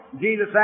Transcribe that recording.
Jesus